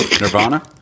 Nirvana